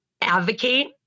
advocate